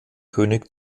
könig